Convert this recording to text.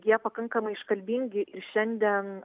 jie pakankamai iškalbingi ir šiandien